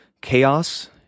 Chaos